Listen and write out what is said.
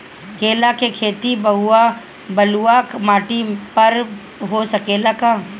केला के खेती बलुआ माटी पर हो सकेला का?